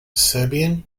serbian